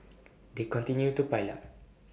they continue to pile up